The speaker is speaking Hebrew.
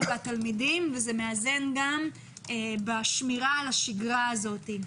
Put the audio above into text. והתלמידים וזה מאזן גם בשמירה על השגרה הזאת.